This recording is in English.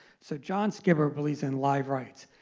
so john skipper believes in live rights,